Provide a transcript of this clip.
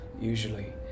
usually